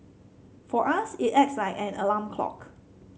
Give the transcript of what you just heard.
for us it acts like an alarm clock